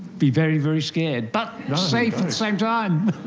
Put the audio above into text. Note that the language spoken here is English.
be very, very scared, but safe at the same time.